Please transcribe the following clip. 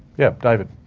yes, david?